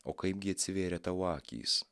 o kaipgi atsivėrė tavo akys